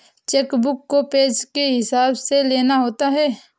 check book को page के हिसाब से लेना होता है